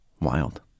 Wild